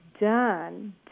done